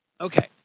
Okay